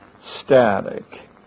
static